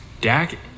Dak